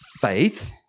faith